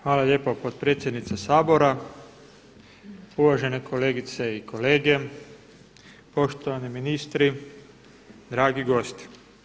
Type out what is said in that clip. Hvala lijepo potpredsjednice Sabora, uvažene kolegice i kolege, poštovani ministri, dragi gosti.